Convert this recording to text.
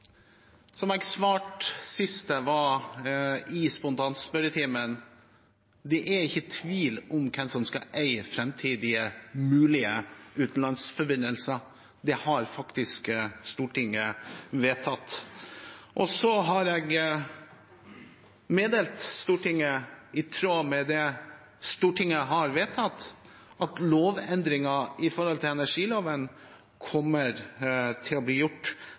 Som jeg svarte sist jeg var i spontanspørretimen: Det er ikke tvil om hvem som skal eie framtidige mulige utenlandsforbindelser. Det har faktisk Stortinget vedtatt. Så har jeg meddelt Stortinget, i tråd med det Stortinget har vedtatt, at lovendringer når det gjelder energiloven, kommer til å bli gjort